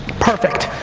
perfect.